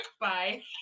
Bye